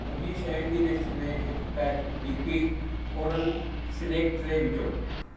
मुंहिंजी शयुनि जी लिस्ट में हिकु pack D P coral snack tray विझो